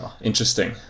interesting